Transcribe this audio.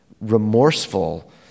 remorseful